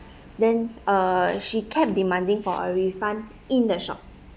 then uh she kept demanding for a refund in the shop